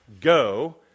go